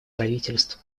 правительств